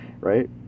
right